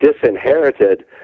disinherited